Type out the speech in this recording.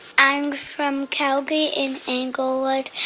i'm from calgary in inglewood.